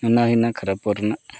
ᱚᱱᱟ ᱦᱩᱭᱱᱟ ᱠᱷᱟᱨᱟᱯᱚᱜ ᱨᱮᱱᱟᱜ